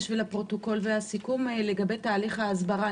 הסיכום לגבי תהליך ההסברה,